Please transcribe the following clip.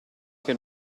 che